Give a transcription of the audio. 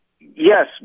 yes